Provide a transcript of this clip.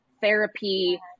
therapy